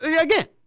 again –